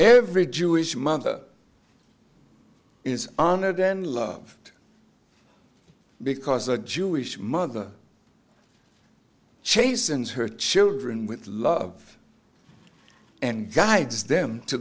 every jewish mother is honored in love because a jewish mother chasen's her children with love and guides them to